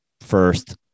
first